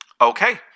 Okay